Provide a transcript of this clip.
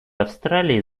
австралии